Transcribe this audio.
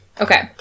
Okay